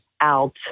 out